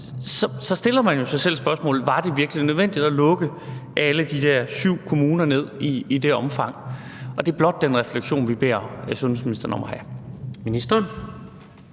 så stiller man jo sig selv spørgsmålet: Var det virkelig nødvendigt at lukke alle de der syv kommuner ned i det omfang? Det er blot den refleksion, vi beder sundhedsministeren om at